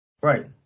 Right